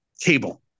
cable